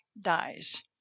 dies